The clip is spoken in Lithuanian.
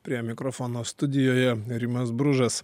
prie mikrofono studijoje rimas bružas